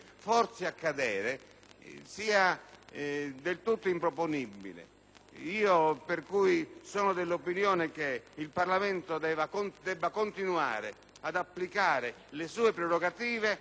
sia del tutto improponibile. Pertanto, sono dell'opinione che il Parlamento debba continuare ad applicare le sue prerogative nel rispetto delle leggi